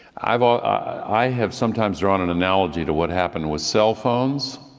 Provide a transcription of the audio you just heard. i have ah i have sometimes drawn an analogy to what happened with cell phones.